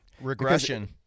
Regression